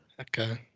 Okay